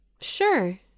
Sure